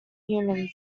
humans